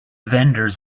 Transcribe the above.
vendors